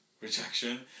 rejection